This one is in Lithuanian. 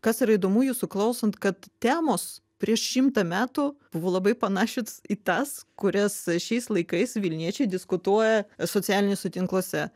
kas yra įdomu jūsų klausant kad temos prieš šimtą metų buvo labai panašios į tas kurias šiais laikais vilniečiai diskutuoja socialiniuose tinkluose